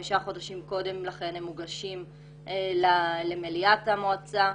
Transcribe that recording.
חמישה חודשים קודם לכן הם מוגשים למליאת המועצה.